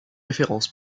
référence